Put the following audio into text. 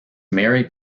married